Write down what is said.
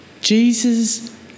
Jesus